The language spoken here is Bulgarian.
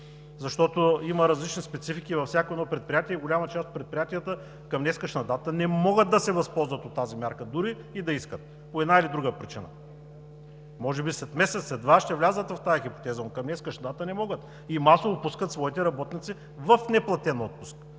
защото има различни специфики във всяко едно предприятие и голяма част от предприятията към днешна дата не могат да се възползват от тази мярка, дори и да искат, по една или друга причина. Може би след месец, след два, ще влязат в тази хипотеза, но към днешна дата не могат и масово пускат своите работници в неплатен отпуск.